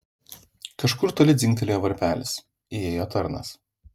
kažkur toli dzingtelėjo varpelis įėjo tarnas